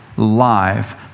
Live